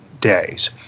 days